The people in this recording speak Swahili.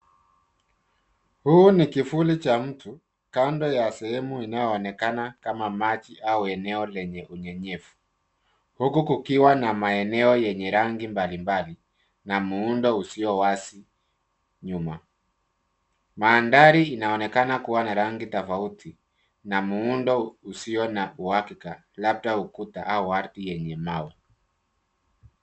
Huyu ni kivuli cha mtu kando na sehemu inayoonekana kama maji au eneo lenye unyenyevu huku kukiwa na maeneo yenye rangi mbalimbali na muundo usio wazi nyuma. Mandhari inaonekana kuwa na rangi tofauti na muundo usio na uhakika labda ukuta au ardhi yenye mawe.